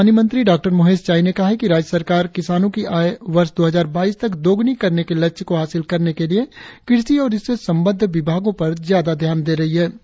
राज्य के बागवानी मंत्री डॉ मोहेश चाई ने कहा कि राज्य सरकार किसानों की आय वर्ष दो हजार बाईस तक दोगुनी करने के लक्ष्य को हासिल करने के लिए कृषि और इससे संबद्ध विभागों पर ज्यादा ध्यान दे रही है